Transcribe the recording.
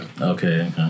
Okay